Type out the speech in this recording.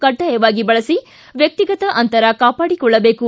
ಕಡ್ಡಾಯವಾಗಿ ಬಳಸಿ ವ್ಯಕ್ತಿಗತ ಅಂತರ ಕಾಪಾಡಿಕೊಳ್ಳಬೇಕು